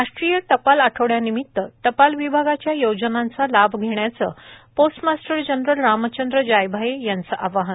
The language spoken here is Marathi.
राष्ट्रीय टपाल आठवड़या निमित्त टपाल विभागाच्या योजनांचा लाभ घेण्याच पोस्टमास्टर जनरल रामचंद्र जायभाये यांच आवाहन